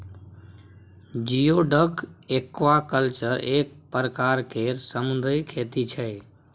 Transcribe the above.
geoduck aquaculture एक परकार केर समुन्दरी खेती छै